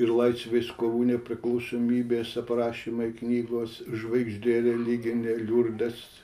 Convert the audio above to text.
ir laisvės kovų nepriklausomybės aprašymai knygos žvaigždė religinė liurdas